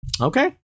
Okay